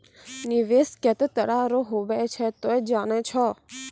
निवेश केतै तरह रो हुवै छै तोय जानै छौ